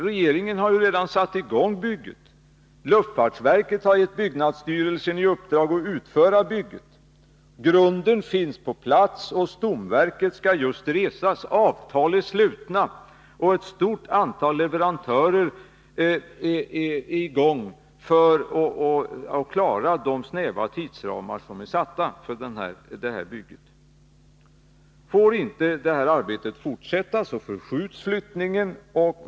Regeringen har ju redan satt i gång bygget. Luftfartsverket har gett byggnadsstyrelsen i uppdrag att utföra bygget. Grunden finns på plats, och stomverket skall just resas. Avtal är slutna, och ett stort antal leverantörer är i gång för att klara de snäva tidsramar som är satta för detta bygge. Får inte detta arbete fortsätta, förskjuts flyttningen.